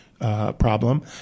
Problem